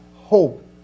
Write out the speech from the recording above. hope